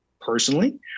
personally